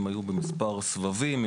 במספר סבבים.